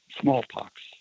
smallpox